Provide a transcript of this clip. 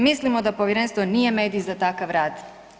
Mislimo da povjerenstvo nije medij za takav rad.